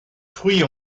fruits